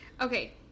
Okay